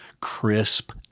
crisp